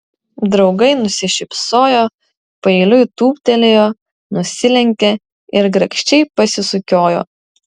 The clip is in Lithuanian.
draugai nusišypsojo paeiliui tūptelėjo nusilenkė ir grakščiai pasisukiojo